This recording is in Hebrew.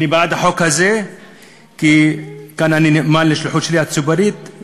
אני בעד החוק הזה כי כאן אני נאמן לשליחות הציבורית שלי.